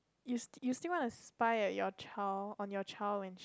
you still you still want to spy at your child on your child when